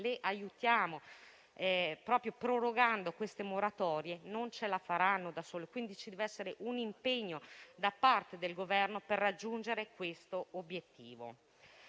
le aiutiamo prorogando queste moratorie, non ce la faranno da sole, quindi ci dev'essere un impegno da parte del Governo per raggiungere quest'obiettivo.